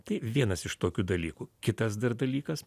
tai vienas iš tokių dalykų kitas dar dalykas